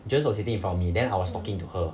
germs was sitting in front of me then I was talking to her